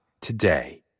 today